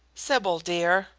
sybil, dear,